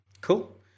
Cool